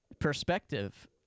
perspective